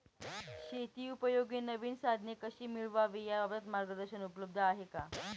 शेतीउपयोगी नवीन साधने कशी मिळवावी याबाबत मार्गदर्शन उपलब्ध आहे का?